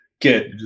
get